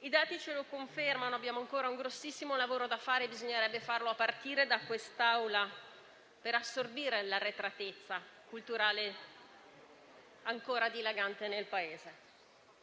I dati ce lo confermano: abbiamo ancora un grossissimo lavoro da fare - e bisognerebbe farlo a partire da quest'Aula - per assorbire l'arretratezza culturale ancora dilagante nel Paese.